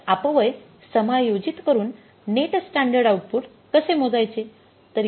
तर अपव्यय समायोजित करून नेट स्टँडर्ड आउटपुट कसे मोजायचे